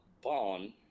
bond